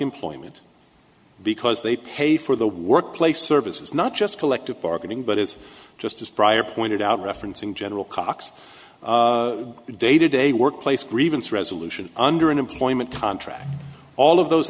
employment because they pay for the workplace services not just collective bargaining but is just as prior pointed out referencing general cox dated a workplace grievance resolution under an employment contract all of those